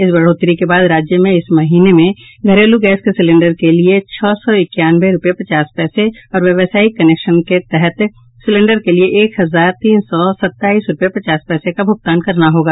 इस बढ़ोतरी के बाद राज्य में इस महीने में घरेलू गैस के सिलेंडर के लिये छह सौ इक्यानवे रूपये पचास पैसे और व्यावसायिक कनेक्शन के तहत सिलेंडर के लिये एक हजार तीन सौ सत्ताईस रूपये पचास पैसे का भुगतान करना होगा